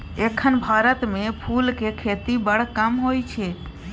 एखन भारत मे फुलक खेती बड़ कम होइ छै